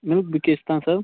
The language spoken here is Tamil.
மில்க் பிக்கிஸ் தான் சார்